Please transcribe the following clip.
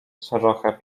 trochę